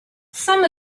some